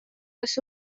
kas